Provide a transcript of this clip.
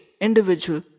individual